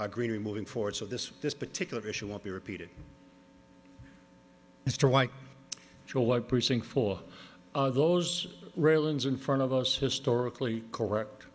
greenery moving forward so this this particular issue won't be repeated mr white precinct for those railings in front of us historically correct